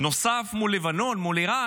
נוסף מול לבנון, מול איראן.